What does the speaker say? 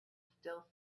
still